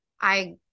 I-